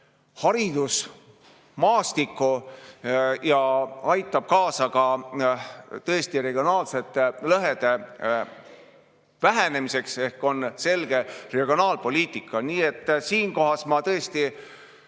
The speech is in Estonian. haridusmaastikku ja aitab tõesti kaasa regionaalsete lõhede vähenemisele. Ehk see on selge regionaalpoliitika. Nii et siinkohal ma tõesti